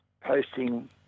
posting